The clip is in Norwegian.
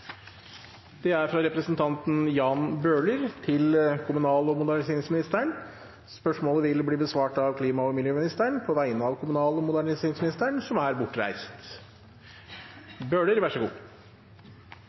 fra representanten Jan Bøhler, vil bli besvart av klima- og miljøministeren på vegne av kommunal- og moderniseringsministeren, som er bortreist.